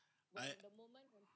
but